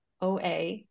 OA